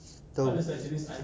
tahu